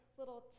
little